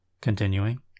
Continuing